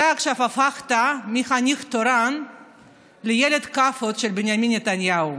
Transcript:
אתה עכשיו הפכת מחניך תורן לילד כאפות של בנימין נתניהו.